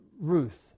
Ruth